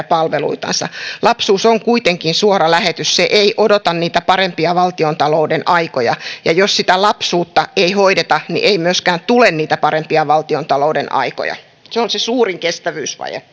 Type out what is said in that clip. palveluitansa lapsuus on kuitenkin suora lähetys se ei odota niitä parempia valtiontalouden aikoja ja jos sitä lapsuutta ei hoideta niin ei myöskään tule niitä parempia valtiontalouden aikoja se on se suurin kestävyysvaje